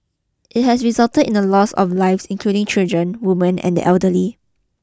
it has resulted in the loss of lives including children women and the elderly